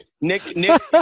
Nick